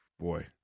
Boy